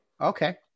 Okay